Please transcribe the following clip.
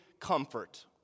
comfort